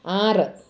ആറ്